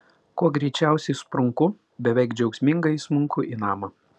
kuo greičiausiai sprunku beveik džiaugsmingai įsmunku į namą